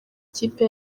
ikipe